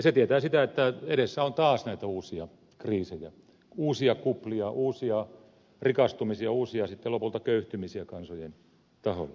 se tietää sitä että edessä on taas näitä uusia kriisejä uusia kuplia uusia rikastumisia sitten lopulta uusia köyhtymisiä kansojen taholla